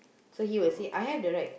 so he will say I have the right